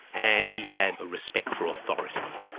and he had a respect for authority.